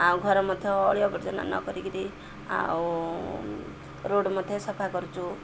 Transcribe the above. ଆଉ ଘର ମଧ୍ୟ ଅଳିଆ ଆବର୍ଜନା ନ କରିକିରି ଆଉ ରୋଡ଼ ମଧ୍ୟ ସଫା କରୁଛୁ